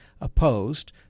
opposed